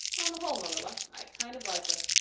on the whole, marilla, i kind of like her.